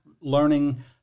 learning